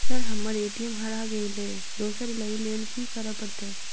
Sir हम्मर ATM हरा गइलए दोसर लईलैल की करऽ परतै?